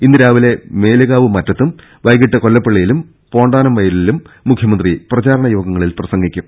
ഇന്ന് രാവിലെ മേലുകാവ്മറ്റത്തും വൈകീട്ട് കൊല്ലപ്പള്ളിയിലും പേണ്ടാനംവയലിലും മുഖ്യമന്ത്രി പ്രചാരണ യോഗങ്ങളിൽ പ്രസം ഗിക്കും